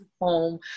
home